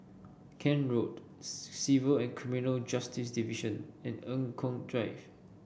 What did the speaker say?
Kent Road Civil and Criminal Justice Division and Eng Kong Drive